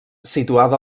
situada